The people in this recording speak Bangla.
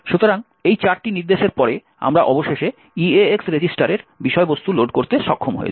সুতরাং এই চারটি নির্দেশের পরে আমরা অবশেষে EAX রেজিস্টারের বিষয়বস্তু লোড করতে সক্ষম হয়েছি